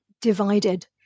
divided